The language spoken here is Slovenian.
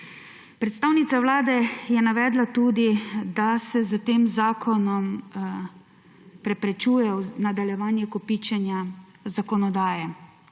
Predstavnica Vlade je navedla tudi, da se s tem zakonom preprečuje nadaljevanje kopičenja zakonodaje.